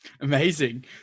Amazing